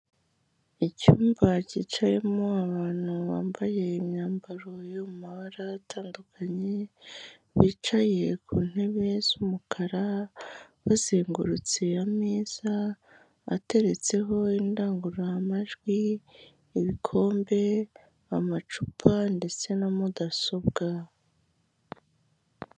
Icyumba cyicayemo abantu bambaye imyambaro y'amabara atandukanye, bicaye ku ntebe z'umukara, bazengurutse ameza, ateretseho indangururamajwi, ibikombe, amacupa, ndetse na mudasobwa.